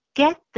get